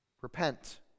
Repent